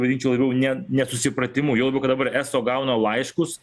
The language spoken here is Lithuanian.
vadinčiau labiau ne ne nesusipratimu juo labiau kad dabar eso gauna laiškus